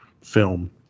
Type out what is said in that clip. film